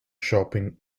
shopping